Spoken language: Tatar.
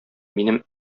минем